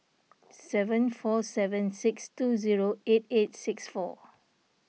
seven four seven six two zero eight eight six four